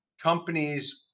companies